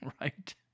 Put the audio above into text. Right